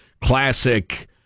classic